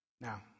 Now